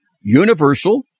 universal